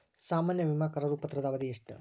ಸಾಮಾನ್ಯ ವಿಮಾ ಕರಾರು ಪತ್ರದ ಅವಧಿ ಎಷ್ಟ?